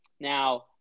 Now